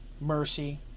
Mercy